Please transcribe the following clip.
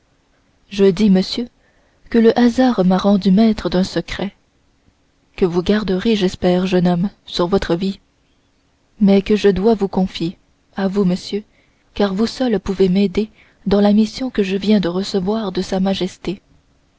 je dis monsieur que le hasard m'a rendu maître d'un secret que vous garderez j'espère jeune homme sur votre vie mais que je dois vous confier à vous monsieur car vous seul pouvez m'aider dans la mission que je viens de recevoir de sa majesté